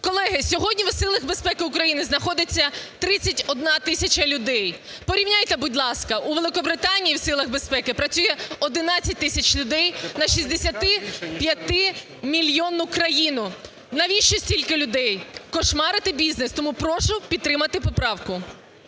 Колеги, сьогодні в силах безпеки України знаходиться 31 тисяча людей. Порівняйте, будь ласка, у Великобританії в силах безпеки працює 11 тисяч людей на 65-мільйонну країну! Навіщо стільки людей?! Кошмарити бізнес? Томупрошу підтримати поправку.